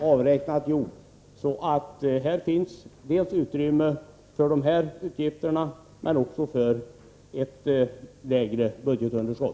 avräkningen är gjord så att här finns utrymme för såväl dessa utgifter som ett lägre budgetunderskott.